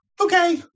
okay